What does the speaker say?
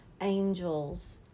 angels